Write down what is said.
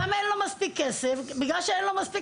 גם אין לו מספיק כסף ובגלל שאין לו מספיק